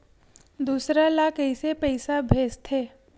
दूसरा ला कइसे पईसा भेजथे?